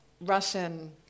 Russian